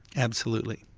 absolutely.